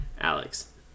Alex